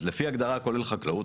אז לפי ההגדרה כולל חקלאות,